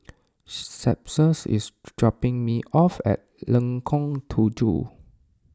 Cephus is dropping me off at Lengkong Tujuh